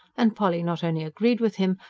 and polly not only agreed with him,